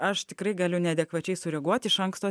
aš tikrai galiu neadekvačiai sureaguoti iš anksto